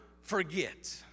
forget